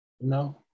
no